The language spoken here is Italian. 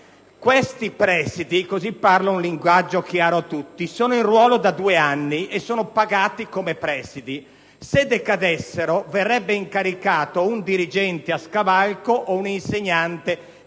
questi presidi - così parlo un linguaggio chiaro a tutti - sono in ruolo da due anni e sono pagati come presidi, mentre, se decadessero, verrebbe incaricato un dirigente a scavalco o un insegnante, che